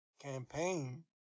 campaign